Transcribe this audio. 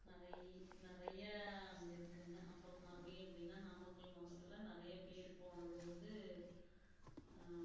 நிறை நிறையா அங்கே இருக்குதுங்க அப்புறம் மறுபடி அப்படின்னா நாமக்கல் மாவட்டத்தில் நிறைய பேர் போனது வந்து